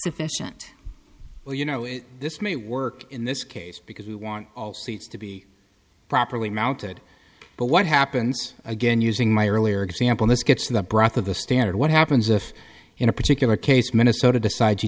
sufficient well you know this may work in this case because we want all seats to be properly mounted but what happens again using my earlier example this gets to the breath of the standard what happens if in a particular case minnesota decides you